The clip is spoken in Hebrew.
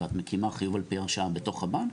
ואת מקימה חיוב על פי הרשאה בתוך הבנק,